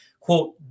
quote